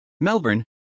Melbourne